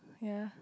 ya